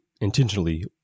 intentionally